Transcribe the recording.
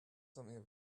something